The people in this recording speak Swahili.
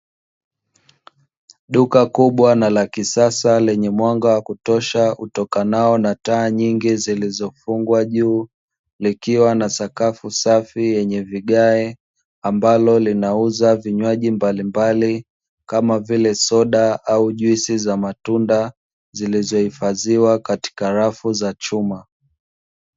Duka kubwa na la kisasa lenye mwanga wa kutosha utokanao na taa nyingi zillizofungwa juu, likiwa na sakafu safi yenye vigae ambalo linauza vinyaji mbalimbali kama vile; soda au juisi za matunda, zilizo hifadhiwa katika rafu za chuma.